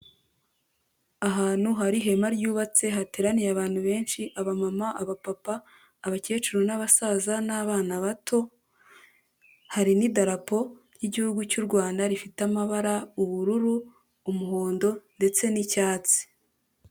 Ahantu hari ihema ryubatse, hateraniye abantu benshi, abamama, abapapa, abakecuru n'abasaza, n'abana bato, hari n'idarapo, ry'igihugu cy'u Rwanda, rifite amabara ubururu, umuhondo, ndetse n'icyatsi.